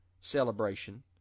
celebration